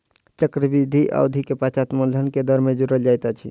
चक्रवृद्धि अवधि के पश्चात मूलधन में दर जोड़ल जाइत अछि